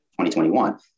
2021